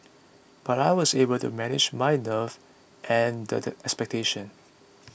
but I was able to manage my nerves and the expectations